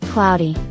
Cloudy